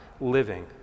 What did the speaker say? living